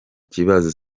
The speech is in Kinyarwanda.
kibazo